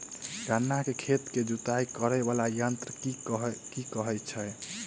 गन्ना केँ खेत केँ जुताई करै वला यंत्र केँ की कहय छै?